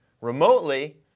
remotely